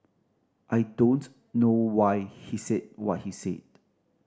I don't know why he said what he said